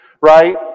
Right